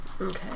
Okay